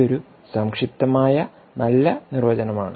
ഇതൊരു സംക്ഷിപ്തമായ നല്ല നിർവചനമാണ്